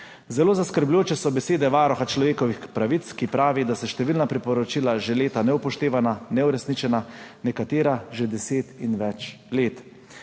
Zelo zaskrbljujoče so besede Varuha človekovih pravic, ki pravi, da so številna priporočila že leta neupoštevana, neuresničena, nekatera že deset in več let.